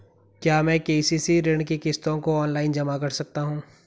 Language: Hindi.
क्या मैं के.सी.सी ऋण की किश्तों को ऑनलाइन जमा कर सकता हूँ?